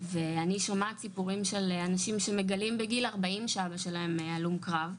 ואני שומעת סיפורים של אנשים שמגלים בגיל 40 שאבא שלהם היה הלום קרב,